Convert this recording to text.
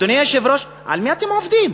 אדוני היושב-ראש, על מי אתם עובדים?